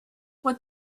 what